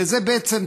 שזה בעצם,